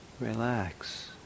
Relax